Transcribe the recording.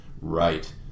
right